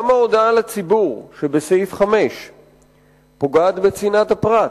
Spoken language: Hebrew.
גם ההודעה לציבור שבסעיף 5 פוגעת בצנעת הפרט,